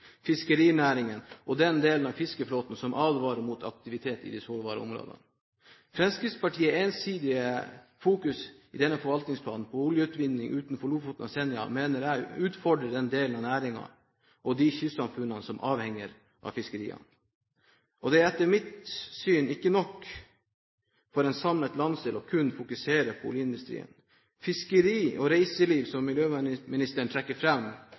fiskerinæringen og den delen av fiskeflåten som advarer mot aktivitet i de sårbare områdene. Fremskrittspartiets ensidige fokusering i denne forvaltningsplanen på oljeutvinning utenfor Lofoten og Senja mener jeg utfordrer en del av næringen og de kystsamfunnene som er avhengige av fiskeriene. Det er etter mitt syn ikke nok for en samlet landsdel kun å fokusere på oljeindustrien. Fiskeri og reiseliv, som miljøvernministeren trekker